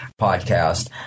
podcast